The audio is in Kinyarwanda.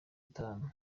itanu